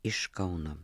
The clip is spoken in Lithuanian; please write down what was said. iš kauno